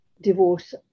divorce